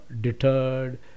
deterred